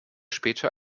später